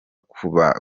kubanza